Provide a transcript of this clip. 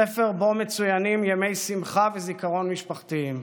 ספר שבו מצוינים ימי שמחה וזיכרון משפחתיים,